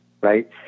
right